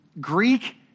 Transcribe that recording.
Greek